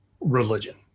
religion